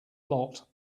lot